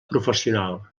professional